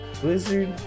Blizzard